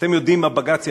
אתם יודעים מה בג"ץ יגיד,